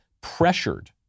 pressured